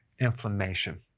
inflammation